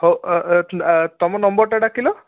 ହଉ ତମ ନମ୍ବରଟା ଡାକିଲ